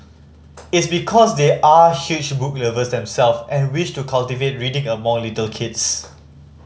it's because they are huge book lovers themself and wish to cultivate reading among little kids